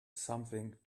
something